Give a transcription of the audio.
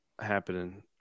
happening